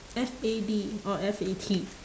F A D or F A T